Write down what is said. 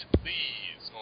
please